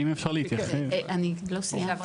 אני לא סיימתי, אם אפשר?